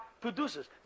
produces